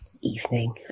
evening